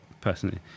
personally